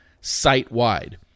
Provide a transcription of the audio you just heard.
site-wide